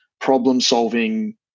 problem-solving